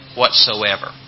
whatsoever